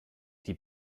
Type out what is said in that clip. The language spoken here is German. die